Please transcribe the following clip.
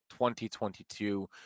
2022